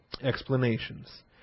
explanations